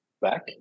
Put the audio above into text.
back